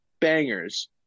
bangers